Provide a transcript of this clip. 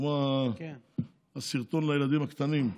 כמו הסרטון לילדים הקטנים,